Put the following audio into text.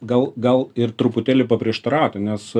gal gal ir truputėlį paprieštarauti nes